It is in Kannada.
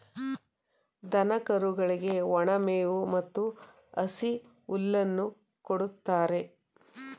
ದನ ಕರುಗಳಿಗೆ ಒಣ ಮೇವು ಮತ್ತು ಹಸಿ ಹುಲ್ಲನ್ನು ಕೊಡುತ್ತಾರೆ